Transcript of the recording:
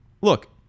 look